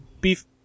beef